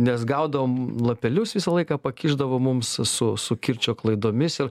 nes gaudavom lapelius visą laiką pakišdavo mums su su kirčio klaidomis ir